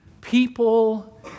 people